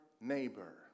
neighbor